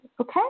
okay